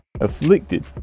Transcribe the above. afflicted